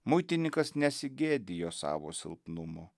muitininkas nesigėdijo savo silpnumo